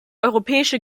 europäische